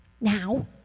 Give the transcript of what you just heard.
Now